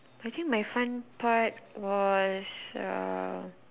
I think my fun part was um